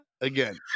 again